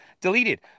deleted